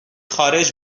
خارج